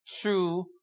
true